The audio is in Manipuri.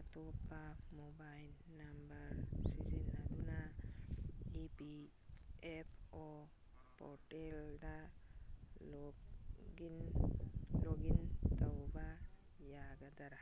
ꯑꯇꯣꯞꯄ ꯃꯣꯕꯥꯏꯜ ꯅꯝꯕꯔ ꯁꯤꯖꯤꯟꯅꯗꯨꯅ ꯏ ꯄꯤ ꯑꯦꯐ ꯑꯣ ꯄꯣꯔꯇꯦꯜꯗ ꯂꯣꯛꯏꯟ ꯇꯧꯕ ꯌꯥꯒꯗ꯭ꯔꯥ